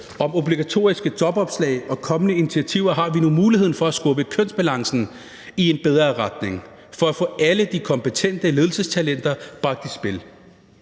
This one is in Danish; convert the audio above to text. om obligatoriske jobopslag og kommende initiativer har vi nu muligheden for at skubbe kønsbalancen i en bedre retning for at få alle de kompetente ledelsestalenter bragt i spil